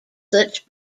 such